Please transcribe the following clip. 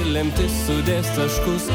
lemtis sudės taškus